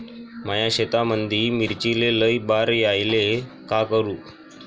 माया शेतामंदी मिर्चीले लई बार यायले का करू?